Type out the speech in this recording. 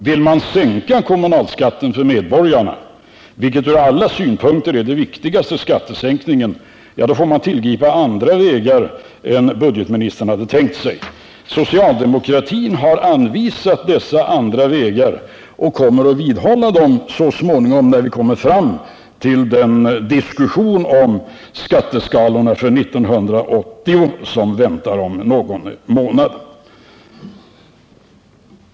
Vill man sänka kommunalskatten för medborgarna, vilket ur alla synunkter är den viktigaste skattesänkningen, får man tillgripa andra vägar än budgetministern hade tänkt sig. Vi socialdemokrater har anvisat dessa andra vägar och kommer att vidhålla dem när vi kommer fram till den diskussion om skatteskalorna för 1980 som väntar om någon månad.